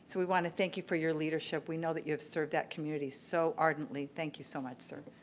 so we want to thank you for your leadership. we know that you have served that community so ardently. thank you so much, sir.